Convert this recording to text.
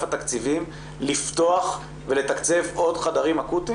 תקציבים לפתוח ולתקצב עוד חדרים אקוטיים?